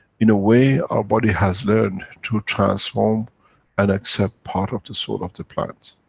in a way, our body has learned to transform and accept part of the soul of the plants.